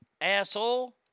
asshole